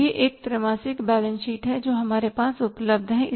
तो यह एक त्रैमासिक बैलेंस शीट है जो हमारे पास उपलब्ध है